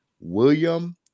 William